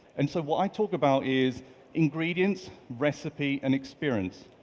and so what i talk about is ingredients, recipe, and experience.